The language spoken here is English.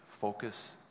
focus